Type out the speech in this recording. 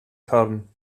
corn